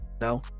no